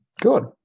Good